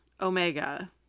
Omega